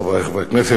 חברי חברי הכנסת,